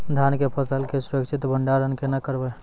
धान के फसल के सुरक्षित भंडारण केना करबै?